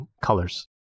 colors